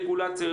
רגולציה,